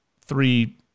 three